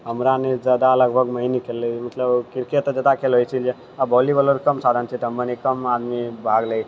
हमरा नि जादा लगभग वहाँ नहि खेलले है मतलब क्रिकेट जादा खेलै छै आ वोलीबॉल रे कम साधन छै एतय मने कम आदमी भाग लै छै